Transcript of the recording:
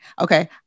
Okay